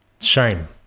Shame